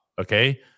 Okay